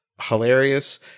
hilarious